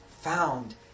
found